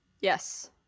yes